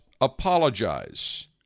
apologize